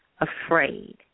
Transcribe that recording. afraid